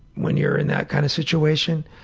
when you're in that kind of situation,